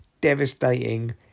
devastating